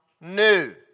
new